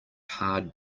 hard